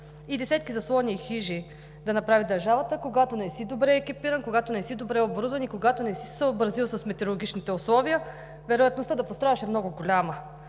И десетки заслони и хижи да направи държавата, когато не си добре екипиран, когато не си добре оборудван и когато не си се съобразил с метрологичните условия, вероятността да пострадаш е много голяма.